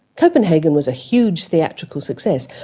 copenhagen was a huge theatrical success,